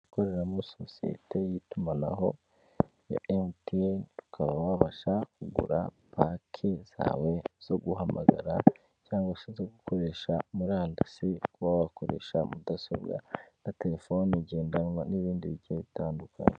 Ahakoreramo sosiyete y'itumanaho ya emutyene ukaba wabasha kugura paki zawe zo guhamagara cyangwa se zo gukoresha murandasi, kuba wakoresha mudasobwa na terefone igendanwa n'ibindi bigiye bitandukanye.